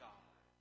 God